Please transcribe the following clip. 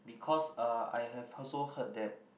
because uh I have also heard that